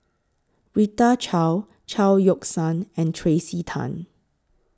Rita Chao Chao Yoke San and Tracey Tan